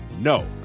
No